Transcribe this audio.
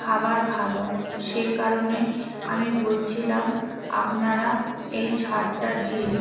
খাবার খাবো সেই কারণে আমি বলছিলাম আপনারা এই ছাড়টা দিন